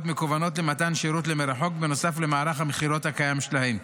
מקוונות למתן שירות למרחוק בנוסף למערך המכירות הקיים שלהם,